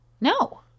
No